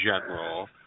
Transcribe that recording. general